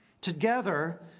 Together